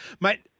Mate